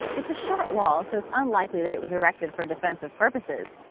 it's a short wall, so it's unlikely that it was erected for defensive purposes.